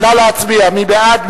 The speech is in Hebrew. מי בעד?